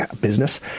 business